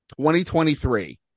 2023